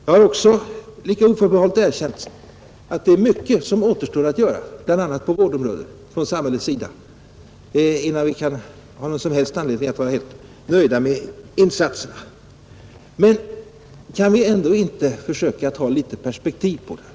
Jag har också lika oförbehållsamt erkänt att det är mycket att göra från samhällets sida bl.a. på vårdområdet innan vi kan ha någon som helst anledning att vara nöjda med insatserna. Men kan vi ändå inte försöka att ha litet perspektiv på detta?